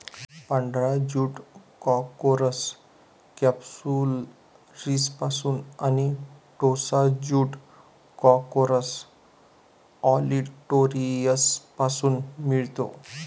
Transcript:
पांढरा jute corchorus कॅप्सुलरिसपासून आणि टोसा ज्यूट कॉर्कोरस ऑलिटोरियसपासून मिळतो